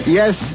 yes